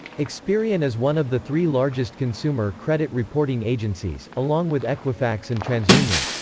experian is one of the three largest consumer credit reporting agencies, along with equifax and transunion.